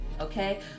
okay